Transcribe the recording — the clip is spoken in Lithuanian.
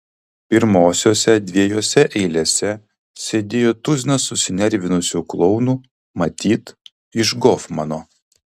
pirmosiose dviejose eilėse sėdėjo tuzinas susinervinusių klounų matyt iš gofmano